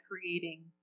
creating